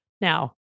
Now